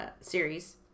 series